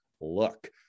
look